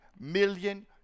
million